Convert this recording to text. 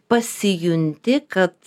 pasijunti kad